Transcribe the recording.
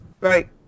Right